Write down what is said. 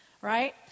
right